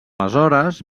aleshores